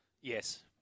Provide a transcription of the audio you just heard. Yes